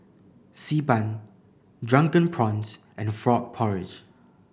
Xi Ban Drunken Prawns and frog porridge